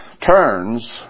turns